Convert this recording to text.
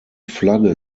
flagge